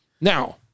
Now